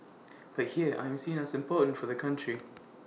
but here I'm seen as important for the country